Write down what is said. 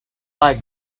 like